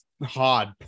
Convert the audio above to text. hard